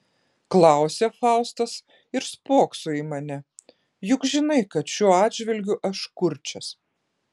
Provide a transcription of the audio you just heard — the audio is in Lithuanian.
klausia faustas ir spokso į mane juk žinai kad šiuo atžvilgiu aš kurčias